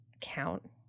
count